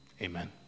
Amen